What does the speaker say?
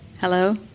Hello